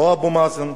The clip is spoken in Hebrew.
לא אבו מאזן,